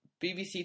BBC